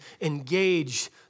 engage